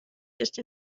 just